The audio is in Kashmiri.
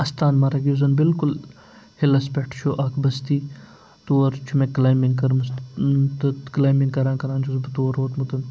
اَستانمَرٕگ یُس زَن بالکُل ہِلَس پٮ۪ٹھ چھُ اکھ بستی تور چھُ مےٚ کٕلایمِنٛگ کٔرمٕژ تہٕ کٕلایمِنٛگ کَران کران چھُس بہٕ تور ووتمُت